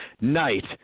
Night